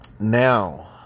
Now